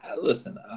listen